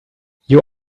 you